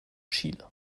chile